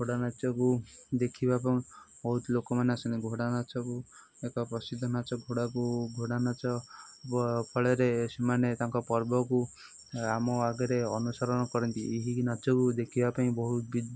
ଘୋଡ଼ା ନାଚକୁ ଦେଖିବା ପାଇଁ ବହୁତ ଲୋକମାନେ ଆସନ୍ତି ଘୋଡ଼ା ନାଚକୁ ଏକ ପ୍ରସିଦ୍ଧ ନାଚ ଘୋଡ଼ାକୁ ଘୋଡ଼ା ନାଚ ଫଳରେ ସେମାନେ ତାଙ୍କ ପର୍ବକୁ ଆମ ଆଗରେ ଅନୁସରଣ କରନ୍ତି ଏହି ନାଚକୁ ଦେଖିବା ପାଇଁ ବହୁତ